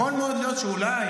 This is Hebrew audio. יכול מאוד להיות שאולי,